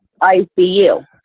ICU